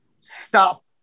stop